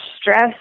stress